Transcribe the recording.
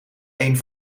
één